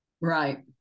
right